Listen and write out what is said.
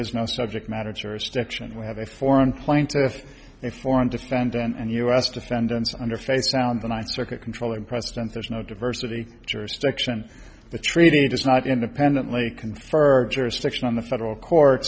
is no subject matter jurisdiction we have a foreign plaintiff a foreign defendant and u s defendants under face sound the ninth circuit controlling president there's no diversity jurisdiction the treated has not independently confirmed jurisdiction on the federal court